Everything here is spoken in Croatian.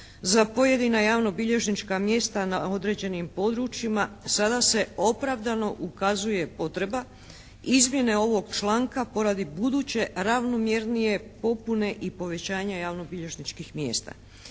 za pojedina javno-bilježnička mjesta na određenim područjima sada se opravdano ukazuje potreba izmjene ovog članka poradi buduće ravnomjernije popune i povećanja javno-bilježničkih mjesta.